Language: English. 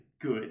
good